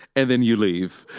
and then you leave.